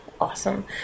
Awesome